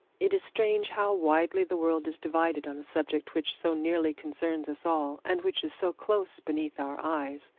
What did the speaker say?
it is strange how widely the world is divided on a subject which so nearly concerns us all, and which is so close beneath our eyes.